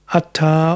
Atta